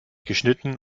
geschnitten